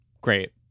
Great